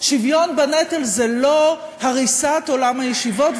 שוויון בנטל זה לא הריסת עולם הישיבות,